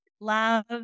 love